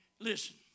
Listen